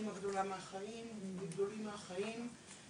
אמא, עמותת 'גדולים מהחיים'.